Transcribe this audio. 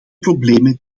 problemen